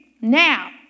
Now